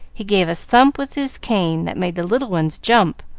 he gave a thump with his cane that made the little ones jump,